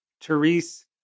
Therese